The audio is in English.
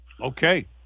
Okay